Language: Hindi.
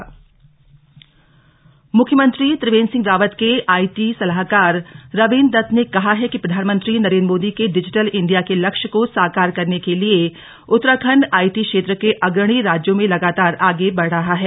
सीएम आईटी सलाहकार मुख्यमंत्री त्रिवेन्द्र सिंह रावत के आईटी सलाहकार रविन्द्र दत्त ने कहा है कि प्रधानमंत्री नरेन्द्र मोदी के डिजिटल इंडिया के लक्ष्य को साकार करने के लिए उत्तराखण्ड आईटी क्षेत्र के अग्रणी राज्यों में लगातार आगे बढ़ रहा है